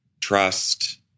trust